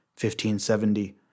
1570